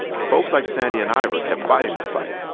folks like sandy and ivor kept fighting that fight.